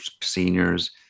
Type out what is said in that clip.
seniors